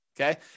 Okay